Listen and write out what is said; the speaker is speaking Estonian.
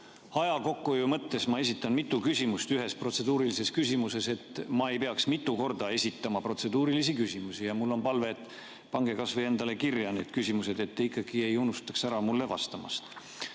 aja kokkuhoiu mõttes ma esitan mitu küsimust ühes protseduurilises küsimuses, et ma ei peaks mitu korda esitama protseduurilist küsimust. Ja mul on palve: pange kas või endale kirja need küsimused, et te ikkagi ei unustaks ära mulle